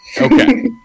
Okay